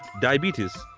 diabetes,